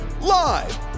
live